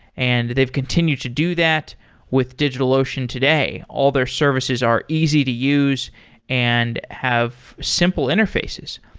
and they've continued to do that with digitalocean today. all their services are easy to use and have simple interfaces.